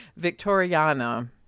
Victoriana